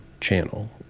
channel